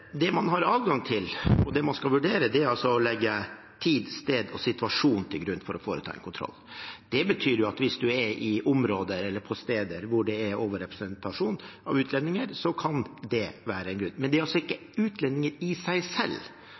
Det man har adgang til, og det man skal vurdere, er å legge tid, sted og situasjon til grunn for å foreta en kontroll. Det betyr at hvis en er i områder eller på steder hvor det er overrepresentasjon av utlendinger, kan det være en grunn. Men det er ikke utlendinger i seg selv